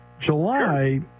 July